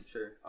Sure